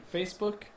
Facebook